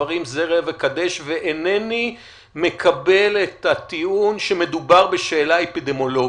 הדברים כזה ראה וקדש ואינני מקבל את הטיעון שמדובר בשאלה אפידמיולוגית.